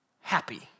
happy